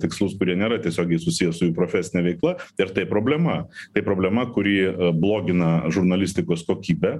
tikslus kurie nėra tiesiogiai susiję su jų profesine veikla ir tai problema tai problema kuri blogina žurnalistikos kokybę